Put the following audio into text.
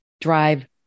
drive